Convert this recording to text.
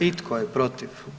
I tko je protiv?